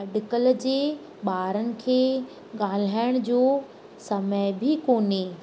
अॼुकल्ह जे ॿारनि खे ॻाल्हाइण जो समय बि कोन्हे